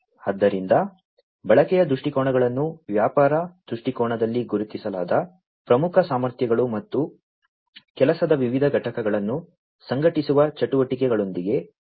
ಆದ್ದರಿಂದ ಬಳಕೆಯ ದೃಷ್ಟಿಕೋನಗಳು ವ್ಯಾಪಾರ ದೃಷ್ಟಿಕೋನದಲ್ಲಿ ಗುರುತಿಸಲಾದ ಪ್ರಮುಖ ಸಾಮರ್ಥ್ಯಗಳು ಮತ್ತು ಕೆಲಸದ ವಿವಿಧ ಘಟಕಗಳನ್ನು ಸಂಘಟಿಸುವ ಚಟುವಟಿಕೆಗಳೊಂದಿಗೆ ಸಂಬಂಧಿಸಿವೆ